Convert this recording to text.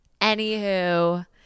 Anywho